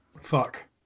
Fuck